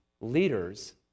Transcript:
leaders